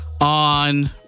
on